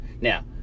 Now